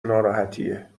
ناراحتیه